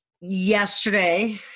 Yesterday